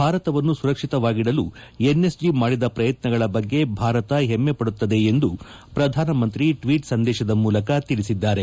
ಭಾರತವನ್ನು ಸುರಕ್ಷಿತವಾಗಿದಲು ಎನ್ಎಸ್ಜಿ ಮಾಡಿದ ಪ್ರಯತ್ನಗಳ ಬಗ್ಗೆ ಭಾರತ ಹೆಮ್ಮೆಪಡುತ್ತದೆ ಎಂದು ಪ್ರಧಾನಮಂತ್ರಿ ಟ್ವೀಟ್ ಸಂದೇಶದ ಮೂಲಕ ತಿಳಿಸಿದ್ದಾರೆ